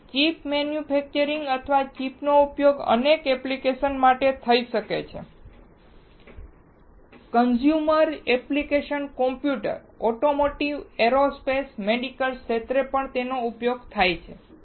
તેથી chip manufacture અથવા ચિપનો ઉપયોગ અનેક એપ્લિકેશન માટે થાય છે consumer application computer automotive aerospace medical ક્ષેત્ર છે